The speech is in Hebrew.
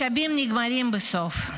משאבים נגמרים בסוף,